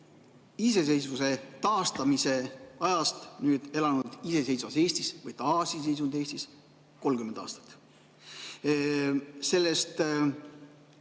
iseseisvuse taastamise ajast elanud iseseisvas Eestis või taasiseseisvunud Eestis 30 aastat. Sellest